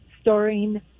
storing